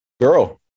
girl